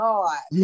God